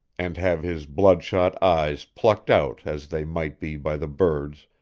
and have his bloodshot eyes plucked out as they might be by the birds,